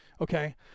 okay